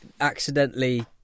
accidentally